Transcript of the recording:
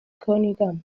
cunningham